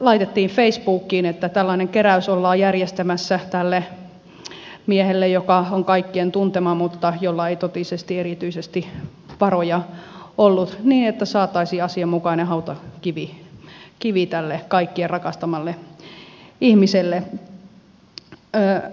laitettiin facebookiin että tällainen keräys ollaan järjestämässä tälle miehelle joka on kaikkien tuntema mutta jolla ei totisesti erityisesti varoja ollut niin että saataisiin asianmukainen hautakivi tälle kaikkien rakastamalle ihmiselle